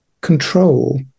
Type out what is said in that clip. control